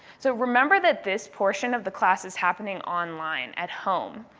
so remember that this portion of the class is happening online at home.